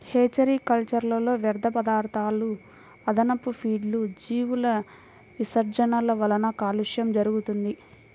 hatchery కల్చర్లో వ్యర్థపదార్థాలు, అదనపు ఫీడ్లు, జీవుల విసర్జనల వలన కాలుష్యం జరుగుతుంది